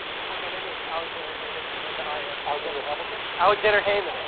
hi, my name is alexander heyman and i am alexander hamilton? alexander heyman.